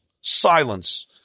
Silence